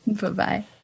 Bye-bye